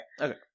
Okay